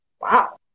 wow